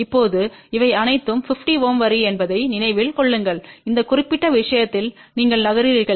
இப்போது இவை அனைத்தும் 50 Ω வரி என்பதை நினைவில் கொள்ளுங்கள் இந்த குறிப்பிட்ட விஷயத்தில் நீங்கள் நகர்கிறீர்கள்